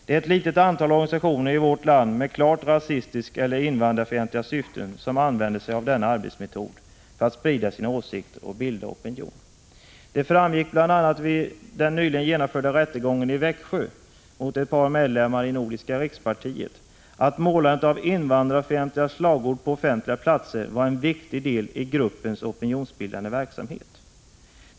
Det är ett litet antal organisationer i vårt land med klart rasistiska eller invandrarfientliga syften som använder sig av denna arbetsmetod för att sprida sina åsikter och bilda opinion. Vid den nyligen genomförda rättegången i Växjö mot ett par medlemmar i Nordiska rikspartiet framgick bl.a. att målandet av invandrarfientliga slagord på offentliga platser var en viktig del i gruppens opinionsbildande verksamhet.